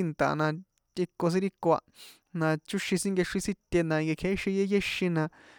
inta na tꞌikon ri iko a na chóxin sin nkexrín síte na nkejiéxi yéyexin na.